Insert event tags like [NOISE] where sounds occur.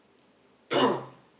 [COUGHS]